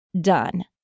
done